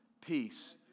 peace